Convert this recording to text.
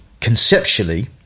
conceptually